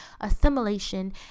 assimilation